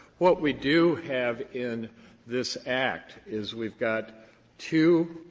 what we do have in this act is we've got two